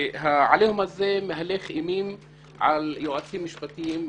והעליהום הזה מהלך אימים על יועצים משפטיים,